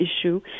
issue